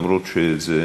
למרות שזה,